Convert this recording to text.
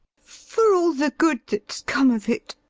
for all the good that's come of it.